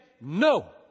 no